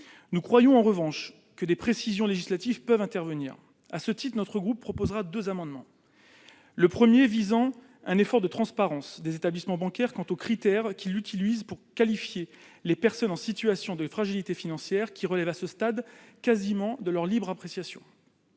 Nous croyons, en revanche, que des précisions législatives peuvent intervenir. À ce titre, mon groupe proposera deux amendements. Le premier vise à engager un effort de transparence des établissements bancaires quant aux critères qu'ils utilisent pour qualifier les personnes en situation de fragilité financière, lesquels relèvent à ce stade quasiment de leur libre appréciation.